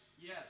Yes